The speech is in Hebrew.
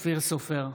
אופיר סופר,